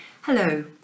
Hello